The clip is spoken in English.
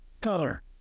Color